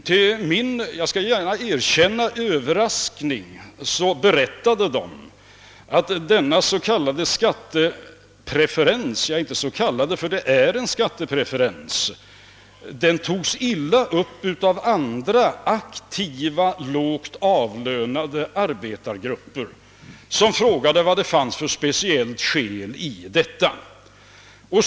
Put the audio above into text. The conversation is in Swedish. Till min överraskning berättade man att skattepreferensen togs illa upp av lågavlönade arbetargrupper, som frågade vad det fanns för speciellt skäl för den.